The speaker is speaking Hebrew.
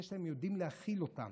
הם יודעים להכיל אותנו,